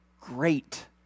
Great